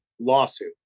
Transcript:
lawsuit